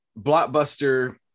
blockbuster